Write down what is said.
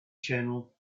channel